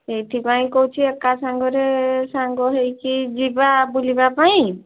ସେଇଥିପାଇଁ କହୁଛି ଏକା ସାଙ୍ଗରେ ସାଙ୍ଗ ହେଇକି ଯିବା ବୁଲିବା ପାଇଁ